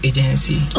Agency